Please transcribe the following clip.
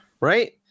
right